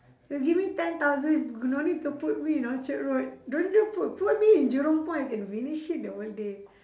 you give me ten thousand don't need to put me in orchard road don't just put put me in jurong point I can finish it the whole day